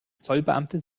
zollbeamte